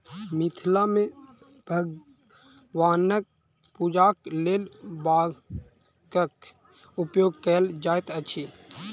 मिथिला मे भगवानक पूजाक लेल बांगक उपयोग कयल जाइत अछि